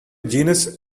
genus